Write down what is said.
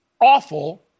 awful